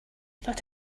thought